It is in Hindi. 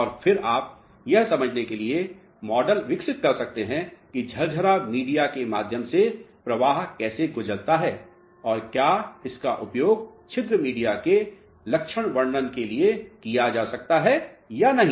और फिर आप यह समझने के लिए मॉडल विकसित कर सकते हैं कि झरझरा मीडिया के माध्यम से प्रवाह कैसे गुजरता है और क्या इसका उपयोग छिद्र मीडिया के लक्षण वर्णन के लिए किया जा सकता है या नहीं